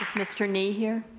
mr. nie here?